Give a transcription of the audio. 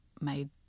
made